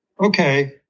okay